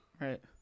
Right